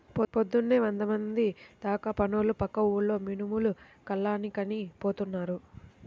పొద్దున్నే వందమంది దాకా పనోళ్ళు పక్క ఊర్లో మినుములు కల్లానికని పోతున్నారు